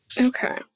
Okay